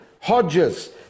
Hodges